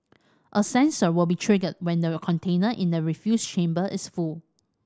a sensor will be triggered when the container in the refuse chamber is full